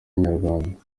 inyarwanda